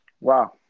Wow